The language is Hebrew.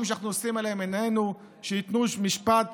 שאנחנו נושאים אליהם עינינו שייתנו משפט